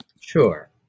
Sure